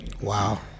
Wow